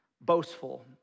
boastful